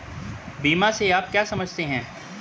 बीमा से आप क्या समझते हैं?